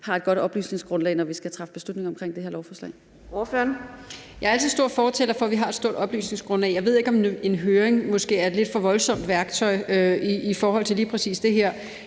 har et godt oplysningsgrundlag, når vi skal træffe beslutning omkring det her lovforslag?